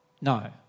no